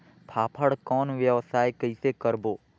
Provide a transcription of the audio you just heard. फाफण कौन व्यवसाय कइसे करबो?